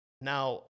Now